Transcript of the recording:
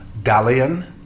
Dalian